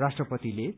राष्ट्रपतिले